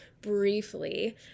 briefly